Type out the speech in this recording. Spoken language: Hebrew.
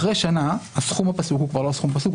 אחרי שנה הסכום הפסוק הוא כבר לא הסכום הפסוק,